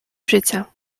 życia